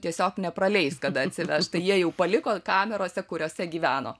tiesiog nepraleis kada atsiveš tai jie jau paliko kamerose kuriose gyveno